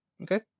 Okay